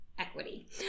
equity